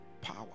power